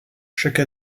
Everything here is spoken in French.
chaque